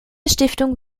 stiftung